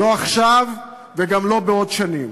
לא עכשיו וגם לא בעוד שנים.